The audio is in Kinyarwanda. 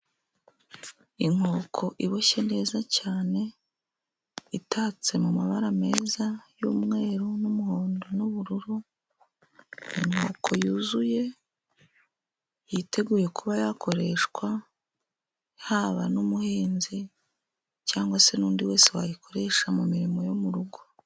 Inkoko iboshye neza cyane itatse mu mabara meza y'umweru, n'umuhondo, n'ubururu. Ni inkoko yuzuye, yiteguye kuba yakoreshwa haba n'umuhinzi, cyangwa se n'undi wese wayikoresha mu mirimo yo mu rugo.